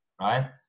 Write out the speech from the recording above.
right